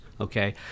okay